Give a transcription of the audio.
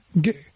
get